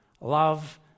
love